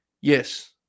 yes